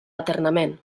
eternament